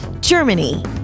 Germany